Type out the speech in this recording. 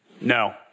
No